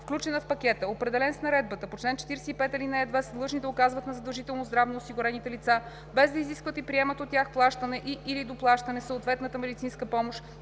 включена в пакета, определен с наредбата по чл. 45, ал. 2, са длъжни да оказват на задължително здравноосигурените лица, без да изискват и приемат от тях плащане и/или доплащане, съответната медицинска помощ